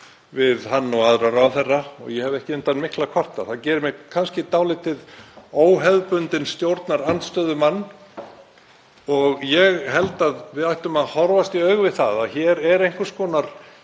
við hann og aðra ráðherra og ég hef ekki undan miklu að kvarta. Það gerir mig kannski dálítið óhefðbundinn stjórnarandstöðumann. Ég held að við ættum að horfast í augu við það að hér í þinginu er einhvers konar